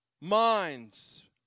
minds